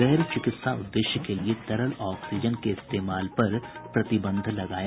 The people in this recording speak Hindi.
गैर चिकित्सा उद्देश्य के लिये तरल ऑक्सीजन के इस्तेमाल पर प्रतिबंध लगाया